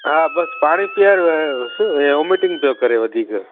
हा बसि पाणी पीआरियो आहे हुस ऐं वॉमेटींग पियो करे वधीक